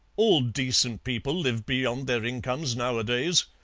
all decent people live beyond their incomes nowadays,